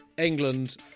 England